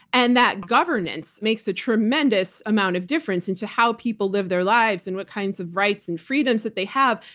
and that governance makes a tremendous amount of difference into how people live their lives and what kinds of rights and freedoms that they have.